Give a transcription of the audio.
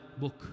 book